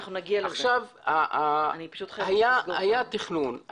היה תכנון,